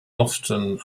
often